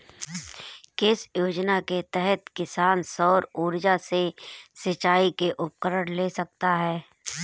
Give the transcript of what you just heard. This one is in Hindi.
किस योजना के तहत किसान सौर ऊर्जा से सिंचाई के उपकरण ले सकता है?